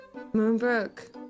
Moonbrook